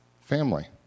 family